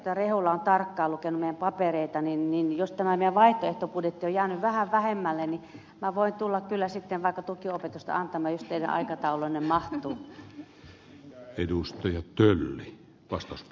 rehula on tarkkaan lukenut meidän papereita niin jos tämä meidän vaihtoehtobudjetti on jäänyt vähän vähemmälle niin minä voin tulla kyllä sitten vaikka tukiopetusta antamaan jos teidän aikatauluunne mahtuu